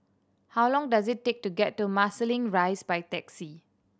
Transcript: how long does it take to get to Marsiling Rise by taxi